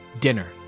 dinner